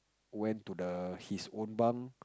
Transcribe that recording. went to the his own bunk